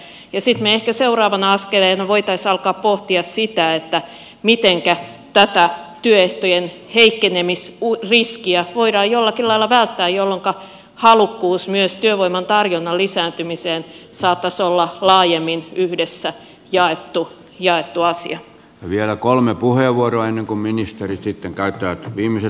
sitten me ehkä seuraavana askeleena voisimme alkaa pohtia sitä miten tätä työehtojen heikkenemisriskiä voidaan jollakin lailla välttää jolloinka halukkuus myös työvoiman tarjonnan lisääntymiseen saattaisi olla laajemmin yhdessä jaettu asia vielä kolme puheenvuoroa ennen kun ministeri sitten käyttää viimeisen